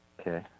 Okay